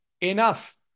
enough